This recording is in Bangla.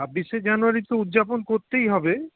ছাব্বিশে জানুয়ারি তো উদযাপন করতেই হবে